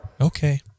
Okay